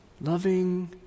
loving